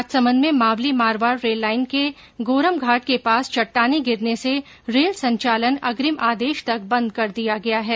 राजसमंद में Mavli Marwar rail line के गोरमघाट के पास चट्टाने गिरने से रेल संचालन अग्रिम आदेश तक बंद कर दिया गया है